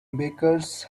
bakers